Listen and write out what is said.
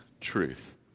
truth